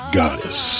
goddess